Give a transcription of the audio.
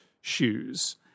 shoes